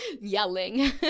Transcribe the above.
yelling